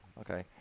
Okay